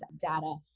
data